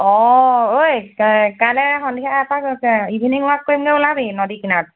অঁ ঐ কা কাইলৈ সন্ধিয়া এপাক ইভিনিং ৱাক কৰিমগৈ ওলাবি নদী কিনাৰত